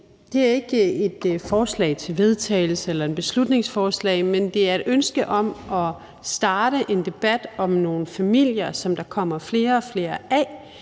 Det er ikke et forslag til vedtagelse eller et beslutningsforslag, men det er et ønske om at starte en debat om nogle familier, som der kommer flere og flere af